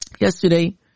Yesterday